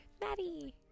Maddie